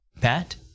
Pat